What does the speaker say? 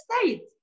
state